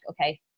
okay